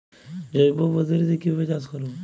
জৈব পদ্ধতিতে কিভাবে চাষ করব?